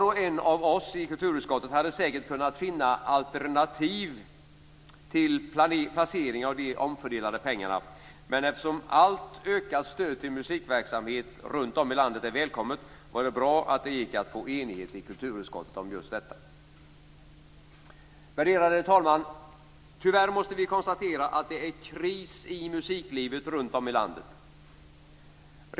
Var och en av oss i kulturutskottet hade säkert kunnat finna alternativ till placering av de omfördelade pengarna, men eftersom allt ökat stöd till musikverksamhet runt om i landet är välkommet var det bra att det gick att få enighet i kulturutskottet om just detta. Värderade talman! Tyvärr måste vi konstatera att det är kris i musiklivet runt om i landet.